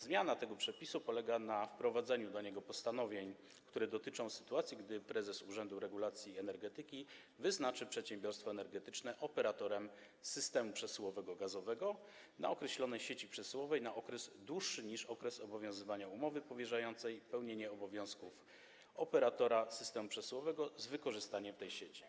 Zmiana tego przepisu polega na wprowadzeniu do niego postanowień, które dotyczą sytuacji, gdy prezes Urzędu Regulacji Energetyki wyznaczy przedsiębiorstwo energetyczne na operatora systemu przesyłowego gazowego na określonej sieci przesyłowej na okres dłuższy niż okres obowiązywania umowy powierzającej pełnienie obowiązków operatora systemu przesyłowego z wykorzystaniem tej sieci.